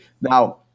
Now